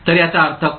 तर याचा अर्थ काय आहे